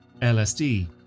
LSD